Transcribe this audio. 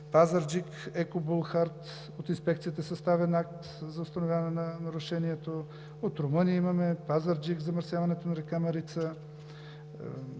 Пазарджик – Екобулхард, от Инспекцията е съставен акт за установяване на нарушението; от Румъния имаме, в Пазарджик – замърсяването на река Марица,